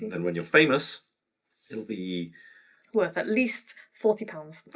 then when you're famous it'll be worth at least forty pounds. but